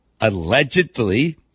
allegedly